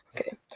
Okay